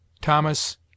Thomas